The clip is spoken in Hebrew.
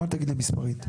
אל תגיד לי מספרים.